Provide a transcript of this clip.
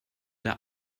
der